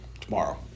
Tomorrow